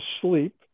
sleep